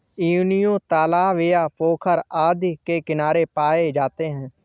योनियों तालाब या पोखर आदि के किनारे पाए जाते हैं